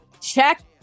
Check